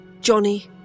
Johnny